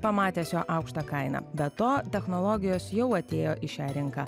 pamatęs jo aukštą kainą be to technologijos jau atėjo į šią rinką